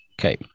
Okay